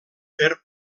per